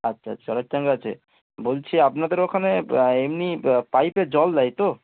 আচ্ছা আচ্ছা জলের ট্যাংক আছে বলছি আপনাদের ওখানে এমনি ব পাইপের জল দেয় তো